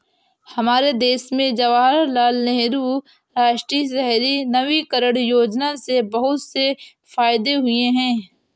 हमारे देश में जवाहरलाल नेहरू राष्ट्रीय शहरी नवीकरण योजना से बहुत से फायदे हुए हैं